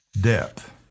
depth